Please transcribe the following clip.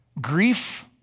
grief